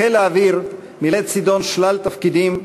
בחיל האוויר מילא צידון שלל תפקידים,